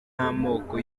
amoko